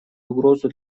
угрозу